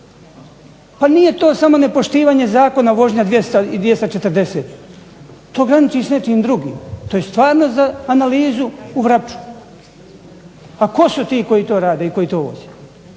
Pa nije to samo nepoštivanje zakona vožnja 200 i 240, to graniči s nečim drugim, to je stvarno za analizu u Vrapču. Pa tko su ti koji to rade i koji to voze?